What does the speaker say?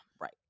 right